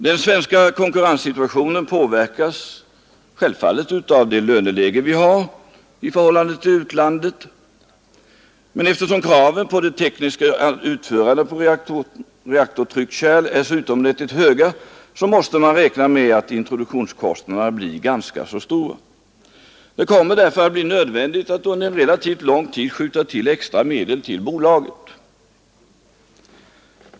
Den svenska konkurrenssituationen påverkas självfallet av det höga löneläge vi har i förhållande till utlandet. Eftersom kraven på det tekniska utförandet på reaktortryckkärl är utomordentligt höga, måste man räkna med att introduktionskostnaderna blir ganska stora. Det kommer därför att bli nödvändigt att under en relativt lång tid skjuta till extra medel till bolaget.